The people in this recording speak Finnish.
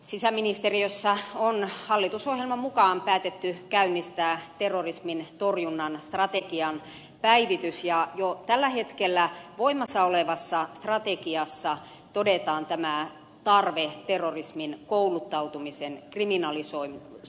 sisäministeriössä on hallitusohjelman mukaan päätetty käynnistää terrorismin torjunnan strategian päivitys ja jo tällä hetkellä voimassa olevassa strategiassa todetaan tämä tarve terrorismiin kouluttautumisen kriminalisoimiseksi